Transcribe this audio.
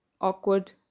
awkward